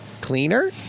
cleaner